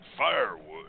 firewood